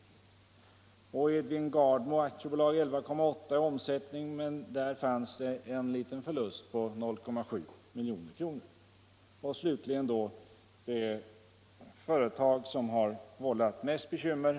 Edvin Gardmo AB hade 11,8 miljoner i omsättning och en liten vinst på 0,7 milj.kr. Slutligen har vi det företag som har vållat mest bekymmer.